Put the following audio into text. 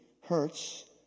hurts